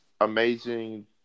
amazing